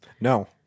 No